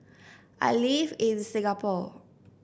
I live in Singapore